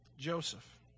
Joseph